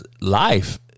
life